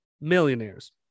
millionaires